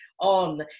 on